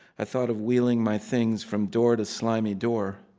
i thought of wheeling my things from door to slimy door,